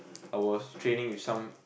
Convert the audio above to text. I was training with some